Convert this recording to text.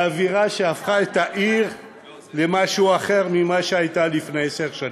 באווירה שהפכה את העיר למשהו אחר ממה שהייתה לפני עשר שנים.